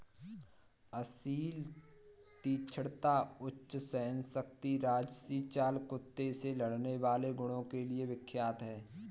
असील तीक्ष्णता, उच्च सहनशक्ति राजसी चाल कुत्ते से लड़ने वाले गुणों के लिए विख्यात है